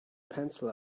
pencil